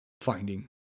finding